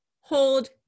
hold